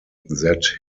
that